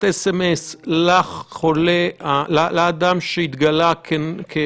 המילה "טכנולוגיות" נכתוב את המילה "טכנולוגיה"?